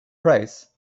price